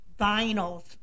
vinyls